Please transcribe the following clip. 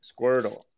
Squirtle